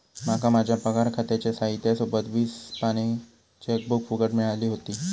माका माझ्या पगार खात्याच्या साहित्या सोबत वीस पानी चेकबुक फुकट मिळाली व्हती